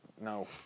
no